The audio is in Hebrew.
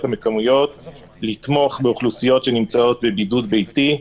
המקומיות באוכלוסיות שנמצאות בבידוד ביתי,